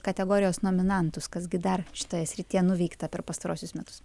kategorijos nominantus kas gi dar šitoje srityje nuveikta per pastaruosius metus